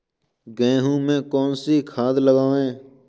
गेहूँ में कौनसी खाद लगाएँ?